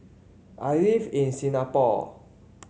I live in Singapore